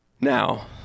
Now